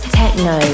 techno